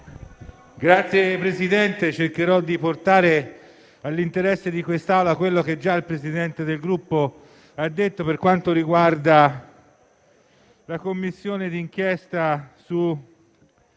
Signor Presidente, cercherò di portare all'interesse di questa Aula quello che già il Presidente del Gruppo ha affermato per quanto riguarda la Commissione di inchiesta sulle